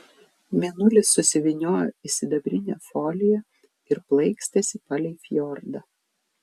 mėnulis susivyniojo į sidabrinę foliją ir plaikstėsi palei fjordą